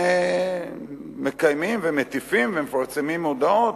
שמקיימים ומטיפים ומפרסמים מודעות,